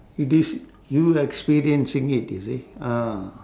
it is you experiencing it you see ah